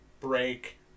break